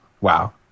wow